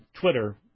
Twitter